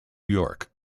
york